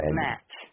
match